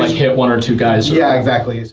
hit one or two guys. yeah, exactly.